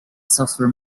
software